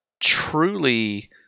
truly